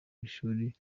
ishuri